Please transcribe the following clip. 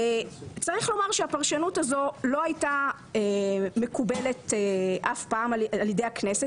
צריך לומר שהפרשנות הזו לא הייתה מקובלת אף פעם על ידי הכנסת.